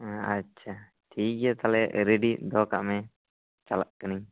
ᱟᱪᱪᱷᱟ ᱴᱷᱤᱠ ᱜᱮᱭᱟ ᱛᱟᱦᱚᱞᱮ ᱨᱮᱰᱤ ᱫᱚᱦᱚ ᱠᱟᱜ ᱢᱮ ᱪᱟᱞᱟᱜ ᱠᱟᱱᱟᱹᱧ